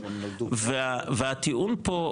והתיאום פה,